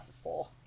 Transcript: four